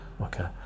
Okay